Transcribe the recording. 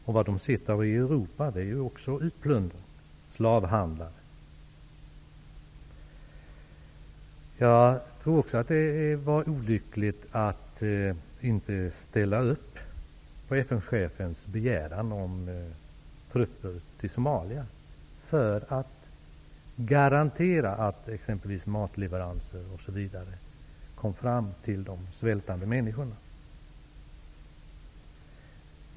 Vad de förknippar med Europa är utplundring och slavhandlare. Det var också olyckligt att inte ställa upp på FN chefens begäran om trupper till Somalia för att garantera att exempelvis matleveranser osv. kommer fram till de svältande människorna.